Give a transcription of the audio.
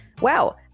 Wow